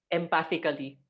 empathically